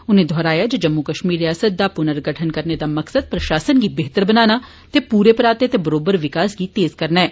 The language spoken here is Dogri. उनें दौहराया जे जम्मू कश्मीर रियासत दा पुर्णगठन करने दा मकसद प्रशासन गी बेहतर बनाना ते पूरे पराते ते बरोबर विकास गी तेज करना ऐ